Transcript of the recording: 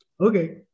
okay